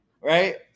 Right